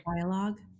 dialogue